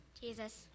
Jesus